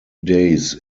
days